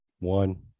One